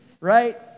Right